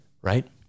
right